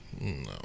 No